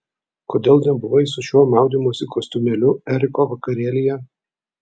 kodėl nebuvai su šiuo maudymosi kostiumėliu eriko vakarėlyje